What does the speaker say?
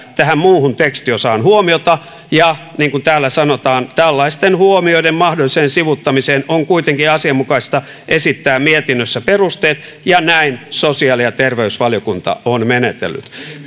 tähän muuhun tekstiosaan huomiota ja niin kuin täällä sanotaan tällaisten huomioiden mahdolliseen sivuuttamiseen on kuitenkin asianmukaista esittää mietinnössä perusteet ja näin sosiaali ja terveysvaliokunta on menetellyt